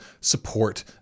support